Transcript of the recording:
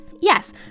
Yes